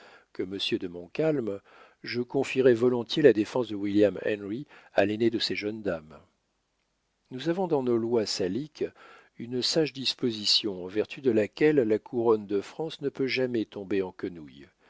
que monsieur de montcalm je confierais volontiers la défense de william henry à l'aînée de ces jeunes dames nous avons dans nos lois saliques une sage disposition en vertu de laquelle la couronne de france ne peut jamais tomber en quenouille